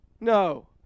No